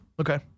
Okay